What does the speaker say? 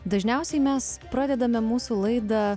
dažniausiai mes pradedame mūsų laidą